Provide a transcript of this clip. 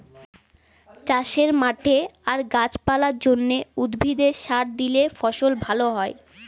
চাষের মাঠে আর গাছ পালার জন্যে, উদ্ভিদে সার দিলে ফসল ভ্যালা হয়